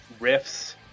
riffs